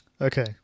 Okay